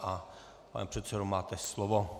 Pane předsedo, máte slovo.